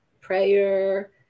prayer